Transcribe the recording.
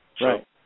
Right